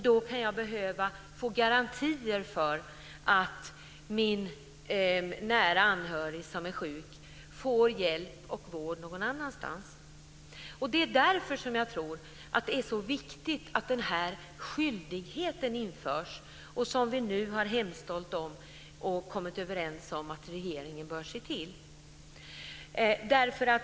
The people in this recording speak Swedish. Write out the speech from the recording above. Då kan man behöva få garantier för att den nära anhöriga som är sjuk får hjälp och vård någon annanstans. Det är därför jag tror att det är så viktigt att skyldigheten införs som vi nu har hemställt om och kommit överens om att regeringen bör se till.